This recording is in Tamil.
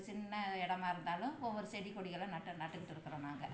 சின்ன இடமா இருந்தாலும் ஒவ்வொரு செடி கொடிகள்லாம் நட்டு நட்டுக்கிட்டுருக்குறோம் நாங்கள்